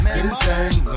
insane